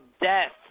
death